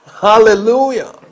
Hallelujah